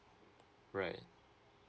right